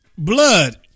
Blood